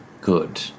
good